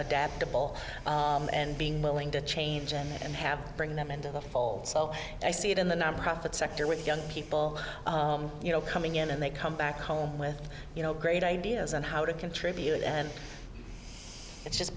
adaptable and being willing to change and happen bringing them into the fold so i see it in the nonprofit sector with young people you know coming in and they come back home with you know great ideas on how to contribute and it's just